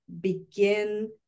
begin